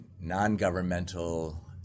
non-governmental